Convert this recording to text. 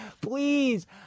Please